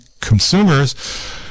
consumers